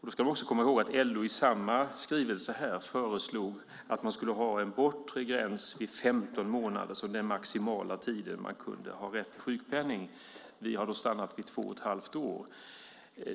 Då ska man komma ihåg att LO i samma skrivelse föreslog att man skulle ha en bortre gräns på 15 månader som den maximala tiden man kunde ha rätt till sjukpenning. Vi har stannat på två och ett halvt år.